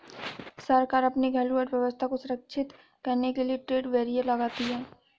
सरकार अपने घरेलू अर्थव्यवस्था को संरक्षित करने के लिए ट्रेड बैरियर लगाती है